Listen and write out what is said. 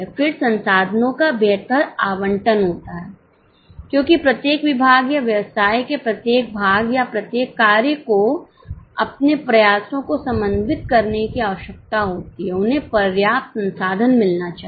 फिर संसाधनों का बेहतर आवंटन होता है क्योंकि प्रत्येक विभाग या व्यवसाय के प्रत्येक भाग या प्रत्येक कार्य को अपने प्रयासों को समन्वित करने की आवश्यकता होती है उन्हें पर्याप्त संसाधन मिलना चाहिए